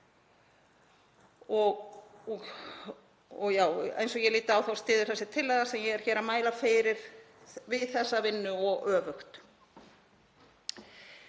líka. Eins og ég lít á þá styður þessi tillaga sem ég er hér að mæla fyrir við þessa vinnu og öfugt.